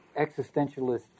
existentialist